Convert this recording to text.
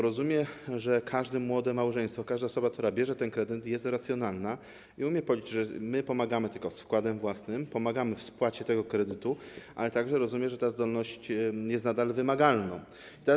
Rozumiem, że każde młode małżeństwo, każda osoba, która bierze kredyt, jest racjonalna i umie policzyć, że my pomagamy tylko z wkładem własnym, pomagamy w spłacie tego kredytu, ale także rozumiem, że ta zdolność jest nadal wymagalna.